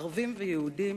ערבים ויהודים,